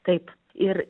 taip ir